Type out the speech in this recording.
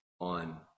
on